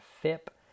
FIP